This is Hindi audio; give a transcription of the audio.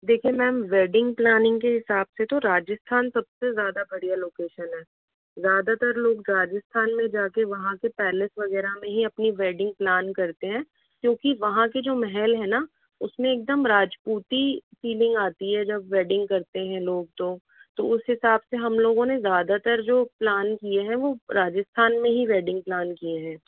देखिये मैम वेडिंग प्लानिंग के हिसाब से तो राजस्थान सबसे ज़्यादा बढ़िया लोकेशन है ज़्यादातर लोग राजस्थान में ही जाकर वहाँ के पैलेस वगैरह में ही अपनी वेडिंग प्लान करते हैं क्योंकि वहाँ के जो महल है ना उसमें एकदम राजपूती फीलिंग आती है जब वेडिंग करते हैं लोग तो तो हिसाब उसे हिसाब से हम लोगों ने ज़्यादातर जो प्लान किए हैं वो राजस्थान में ही वेडिंग प्लान किए हैं